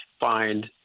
find